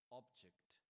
object